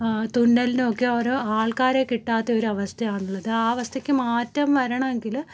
തുന്നലിനോ ഒക്കെ ഓരോ ആൾക്കാരെ കിട്ടാത്ത ഒരവസ്ഥയാണുള്ളത് ആ അവസ്ഥയ്ക്ക് മാറ്റം വരണമെ ങ്കിൽ